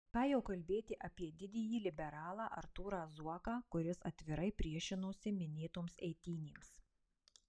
ką jau kalbėti apie didįjį liberalą artūrą zuoką kuris atvirai priešinosi minėtoms eitynėms